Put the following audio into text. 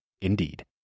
Indeed